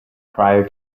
prior